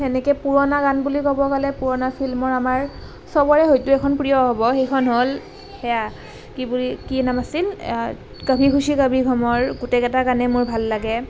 সেনেকৈ পুৰণা গান বুলি ক'লে পুৰণা ফিল্মৰ আমাৰ চবৰে হয়তো এইখন প্ৰিয় হ'ব সেইখন হ'ল এয়া কি বুলি কি নাম আছিল কভি খুছি কভি গমৰ গোটেইকেইটা গানেই মোৰ ভাল লাগে